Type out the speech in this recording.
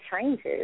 changes